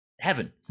heaven